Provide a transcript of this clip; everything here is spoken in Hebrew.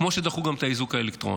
כמו שדחו גם את האיזוק האלקטרוני.